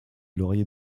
lauriers